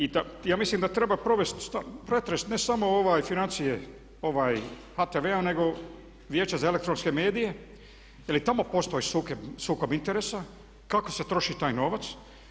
I ja mislim da treba provest pretres ne samo financije HTV-a nego Vijeća za elektronske medije jer i tamo postoji sukob interesa kako se troši taj novac.